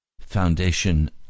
foundation